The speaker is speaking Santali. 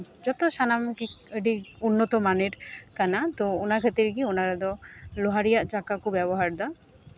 ᱡᱚᱛᱚ ᱥᱟᱱᱟᱢᱜᱮ ᱟᱹᱰᱤ ᱩᱱᱱᱚᱛᱚ ᱢᱟᱱᱮᱨ ᱠᱟᱱᱟ ᱛᱳ ᱚᱱᱟ ᱠᱷᱟᱹᱛᱤᱨ ᱜᱮ ᱚᱱᱟ ᱨᱮᱫᱚ ᱞᱳᱦᱟ ᱨᱮᱭᱟᱜ ᱪᱟᱠᱟ ᱠᱚ ᱵᱮᱵᱚᱦᱟᱨᱫᱟ